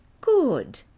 Good